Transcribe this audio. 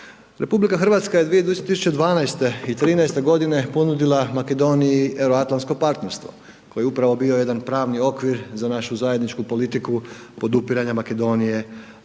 RH je 2012. i 2013. g. ponudila Makedoniji euroatlantsko partnerstvo koje je upravo bilo jedan pravni okvir za našu zajedničku politiku podupiranja Makedonije na